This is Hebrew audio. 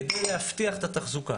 כדי להבטיח את התחזוקה.